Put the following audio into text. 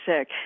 sick